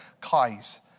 kais